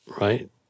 Right